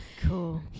Cool